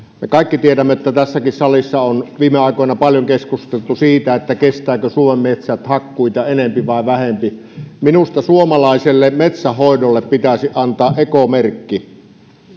me kaikki tiedämme että tässäkin salissa on viime aikoina paljon keskusteltu siitä kestävätkö suomen metsät hakkuita enempi vai vähempi minusta suomalaiselle metsänhoidolle pitäisi antaa ekomerkki